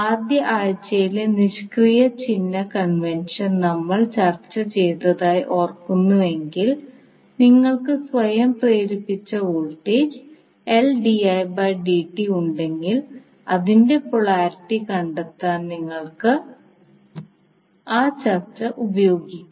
ആദ്യ ആഴ്ചയിലെ നിഷ്ക്രിയ ചിഹ്ന കൺവെൻഷൻ നമ്മൾ ചർച്ച ചെയ്തതായി ഓർക്കുന്നുവെങ്കിൽ നിങ്ങൾക്ക് സ്വയം പ്രേരിപ്പിച്ച വോൾട്ടേജ് ഉണ്ടെങ്കിൽ അതിൻറെ പൊളാരിറ്റി കണ്ടെത്താൻ നിങ്ങൾക്ക് ആ ചർച്ച ഉപയോഗിക്കാം